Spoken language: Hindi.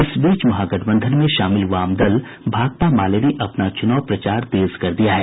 इस बीच महागठबंधन में शामिल वामदल भाकपा माले ने अपना चुनाव प्रचार तेज कर दिया है